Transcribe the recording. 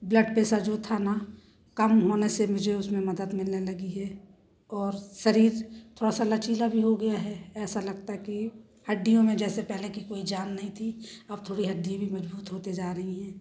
blood pressure जो था न कम होने से मुझे उसमें मदद मिलने लगी हैं और शरीर थोड़ा सा लचीला भी हो गया है ऐसा लगता कि हड्डियों में जैसे प हले की कोई जान नहीं थी अब थोड़ी हड्डियाँ भी मजबूत होते जा रही हैं